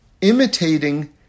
imitating